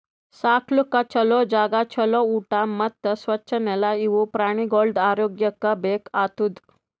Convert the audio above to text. ಸಾಕ್ಲುಕ್ ಛಲೋ ಜಾಗ, ಛಲೋ ಊಟಾ ಮತ್ತ್ ಸ್ವಚ್ ನೆಲ ಇವು ಪ್ರಾಣಿಗೊಳ್ದು ಆರೋಗ್ಯಕ್ಕ ಬೇಕ್ ಆತುದ್